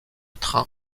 train